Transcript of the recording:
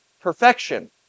perfection